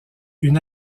une